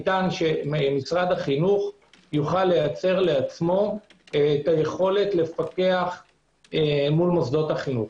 ניתן שמשרד החינוך יוכל לייצר לעצמו את היכולת לפקח מול מוסדות החינוך.